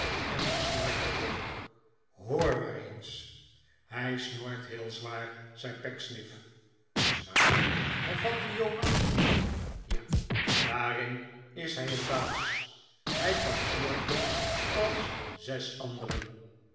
en te snorken ook hoor maar eens hij snorkt heel zwaar zei pecksniff zwaar hervatte jonas ja daarin is hij een baas hij kan snorken als zes anderen